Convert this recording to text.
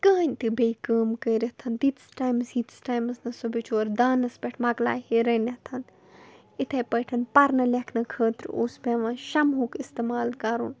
کٕہٕنۍ تہِ بیٚیہِ کٲم کٔرِتھ تیٖتِس ٹایمَس ییٖتِس ٹایمَس نہٕ سُہ بِچور دانَس پٮ۪ٹھ مکلایہِ رٔنِتھ یِتَھے پٲٹھۍ پرنہٕ لیکھنہٕ خٲطرٕ اوس پٮ۪وان شمہُک استعمال کَرُن